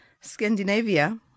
Scandinavia